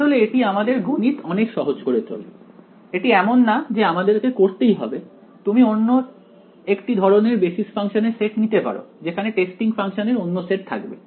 আসলে এটি আমাদের গণিত অনেক সহজ করে তোলে এটি এমন না যে আমাদেরকে করতেই হবে তুমি একটি অন্য ধরনের বেসিস ফাংশনের সেট নিতে পারো যেখানে টেস্টিং ফাংশানের অন্য সেট থাকবে